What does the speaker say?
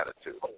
attitude